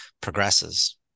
progresses